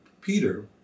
Peter